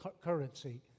currency